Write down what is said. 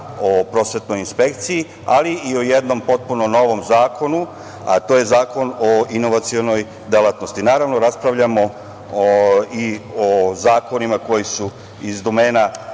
o prosvetnoj inspekciji, ali i o jednom potpuno novom zakonu, a to je Zakon o inovacionoj delatnosti. Naravno, raspravljamo i o zakonima koji su iz domena